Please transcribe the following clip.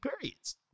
periods